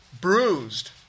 bruised